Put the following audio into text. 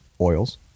oils